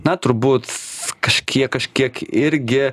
na turbūt kažkiek kažkiek irgi